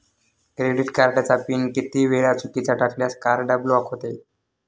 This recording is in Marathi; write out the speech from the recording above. क्रेडिट कार्डचा पिन किती वेळा चुकीचा टाकल्यास कार्ड ब्लॉक होते?